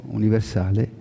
universale